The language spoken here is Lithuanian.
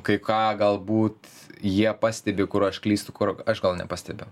kai ką galbūt jie pastebi kur aš klystu kur aš gal nepastebiu